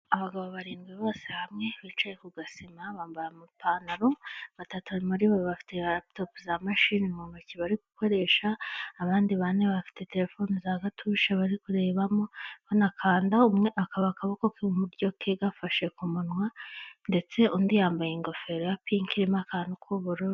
Abagabo birindwi bose hamwe bicaye ku gasima bambaye amapantaro, batatu muribo bafite laputopu za mashine mu ntoki bari gukoresha, abandi bane bafite telefone za gatushe bari kurebamo banakandaho. Umwe akaba akaboko ke k'iburyo ke gafashe ku munwa ndetse undi yambaye ingofero ya pinki irimo akantu k'ubururu